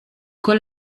con